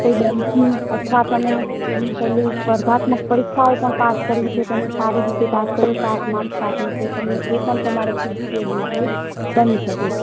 એ બધું અથવા તમે પેલી સ્પર્ધાત્મક પરીક્ષાઓ પણ પાસ કરવી જોઇએ તમે સારી રીતે પાસ કરો સારા માર્ક્સ સાથે તો તમને એ પણ તમારે ઉપયોગી બની શકે છે